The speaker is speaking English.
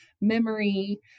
memory